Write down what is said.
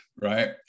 right